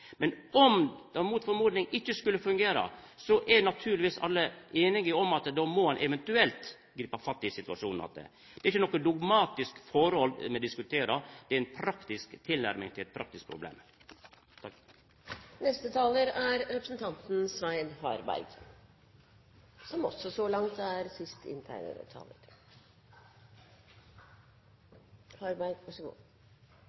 Men om det, i motsetning til det ein skulle tru, ikkje skulle fungera, er naturlegvis alle einige om at då må ein gripa fatt i situasjonen att. Det er ikkje noko dogmatisk forhold me diskuterer, det er ei praktisk tilnærming til eit praktisk problem. Jeg skal forsøke å la det bli med dette. Men jeg kan ikke dy meg når representanten